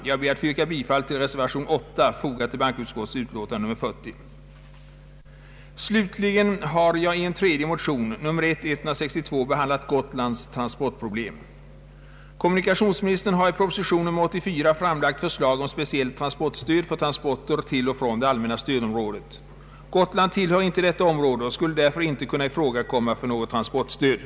Jag kommer att yrka bifall till reservation 8, fogad till bankoutskottets utlåtande nr 40. Slutligen har jag i en tredje motion, I: 1162, behandlat Gotlands transportproblem. Kommunikationsministern har i proposition nr 84 framlagt förslag om speciellt transportstöd för transporter till och från det allmänna stödområdet. Gotland tillhör inte detta område och skulle därför inte kunna ifrågakomma för något transportstöd.